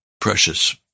Precious